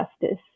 Justice